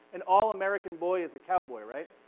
an all american boy is a cowboy, right?